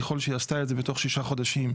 ככל שהיא עשתה את זה בתוך ששה חודשים,